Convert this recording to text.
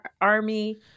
Army